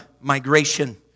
migration